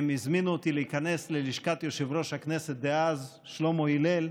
הן הזמינו אותי להיכנס ללשכת יושב-ראש הכנסת דאז שלמה הלל,